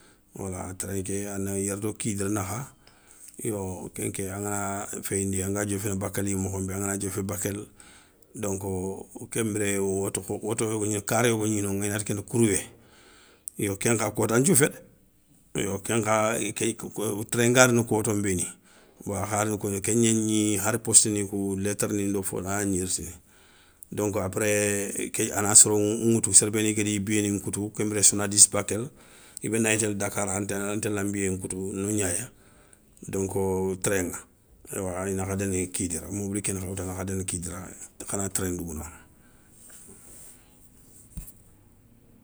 Wala train ké ana yérédo kidira nakha yo, kenké angana féyindi anga dioféné bakél mokho nbé angana diofé bakél, donko kenbiré woto yogo gni kari yogo gni no wonati kenda courier. yo ken kha kotanthiou fé dé, yo kenkha train nga rini koto nbéni bon a kha rini kougna ké gnagni hari posté ni kou, letarni ndo fo tana a ya gni ritini, donk après a na soro ŋoutou soro béni gadi, biyéni nkoutou kenbiré sonadis bakel, i ben dagni télé dakar an téla nbiyé nkoutou nognaya donko traiŋa. Eywa ina kha déni kidira, mobili ké na kha woutou a na kha déni kidira, khana train ndougou no.